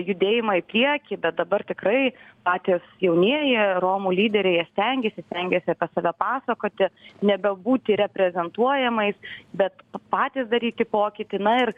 judėjimai i priekį bet dabar tikrai patys jaunieji romų lyderiai stengėsi stengėsi save pasakoti nebebūti reprezentuojamais bet patys daryti pokytį na ir